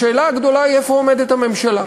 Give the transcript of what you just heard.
השאלה הגדולה היא איפה עומדת הממשלה.